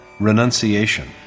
renunciation